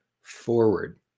forward